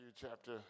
chapter